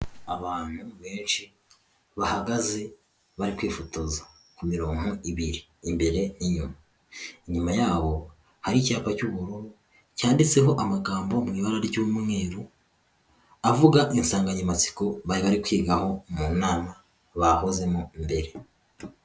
Abantu benshi bahagaze bari kwifotoza ku mirongo ibiri imbere n'inyuma. Inyuma yabo hari icyapa cy'ubururu cyanditseho amagambo mu ibara ry'umweru, avuga insanganyamatsiko bari barikwigaho mu nama bahozemo mbere.